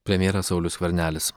premjeras saulius skvernelis